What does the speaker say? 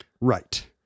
Right